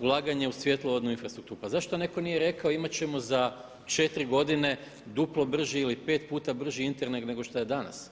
ulaganje u svjetlovodnu infrastrukturu, pa zašto neko nije rekao imat ćemo za 4 godine duplo brži ili pet puta brži Internet nego što je danas?